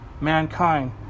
mankind